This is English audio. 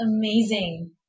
Amazing